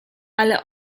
ale